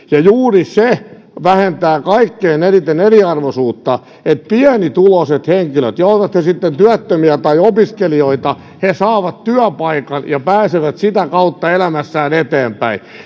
tavoitteen ja juuri se vähentää kaikkein eniten eriarvoisuutta että pienituloiset henkilöt ovat he sitten työttömiä tai opiskelijoita saavat työpaikan ja pääsevät sitä kautta elämässään eteenpäin